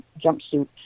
jumpsuit